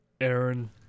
Aaron